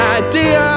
idea